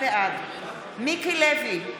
בעד מיקי לוי,